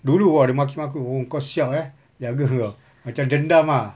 dulu !wah! dia maki aku oh engkau siap eh jaga engkau macam dendam ah